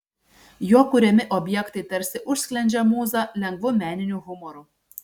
jo kuriami objektai tarsi užsklendžia mūzą lengvu meniniu humoru